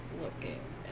looking